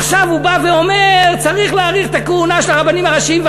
עכשיו הוא בא ואומר: צריך להאריך את הכהונה של הרבנים הראשיים.